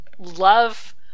Love